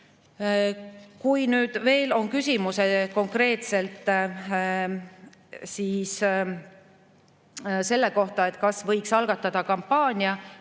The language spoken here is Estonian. Kui nüüd on küsimus konkreetselt selle kohta, kas võiks algatada kampaania,